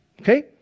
Okay